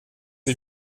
est